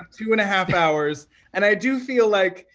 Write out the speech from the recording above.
two and a half hours and i do feel like,